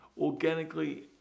organically